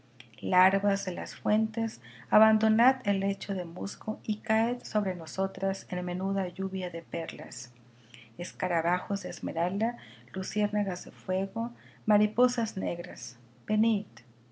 larvas de las fuentes abandonad el lecho de musgo y caed sobre nosotras en menuda lluvia de perlas escarabajos de esmeralda luciérnagas de fuego mariposas negras venid